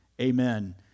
Amen